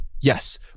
Yes